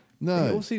no